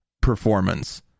performance